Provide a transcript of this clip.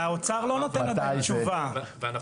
יש עשרות אלפי תקלות ואנחנו